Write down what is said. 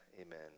Amen